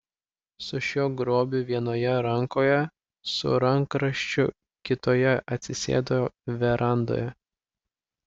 su šiuo grobiu vienoje rankoje su rankraščiu kitoje atsisėdo verandoje